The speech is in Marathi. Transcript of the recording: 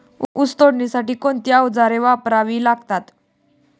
ऊस तोडणीसाठी कोणती अवजारे वापरावी लागतात?